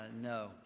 No